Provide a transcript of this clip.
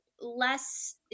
Less